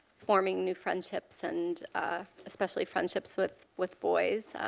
forming new friendships and especially friendships with with boys.